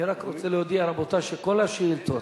רבותי, אני רק רוצה להודיע שכל השאילתות